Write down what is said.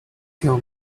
tell